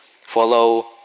follow